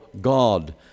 God